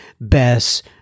Bess